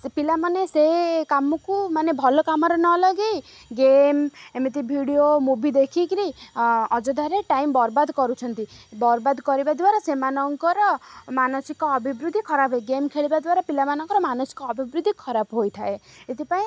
ସେ ପିଲାମାନେ ସେ କାମକୁ ମାନେ ଭଲ କାମରେ ନ ଲଗେଇ ଗେମ୍ ଏମିତି ଭିଡ଼ିଓ ମୁଭି ଦେଖିକିରି ଅଯଥାରେ ଟାଇମ୍ ବରବାଦ୍ କରୁଛନ୍ତି ବରବାଦ୍ କରିବା ଦ୍ୱାରା ସେମାନଙ୍କର ମାନସିକ ଅଭିବୃଦ୍ଧି ଖରାପ ଗେମ୍ ଖେଳିବା ଦ୍ୱାରା ପିଲାମାନଙ୍କର ମାନସିକ ଅଭିବୃଦ୍ଧି ଖରାପ ହୋଇଥାଏ ଏଥିପାଇଁ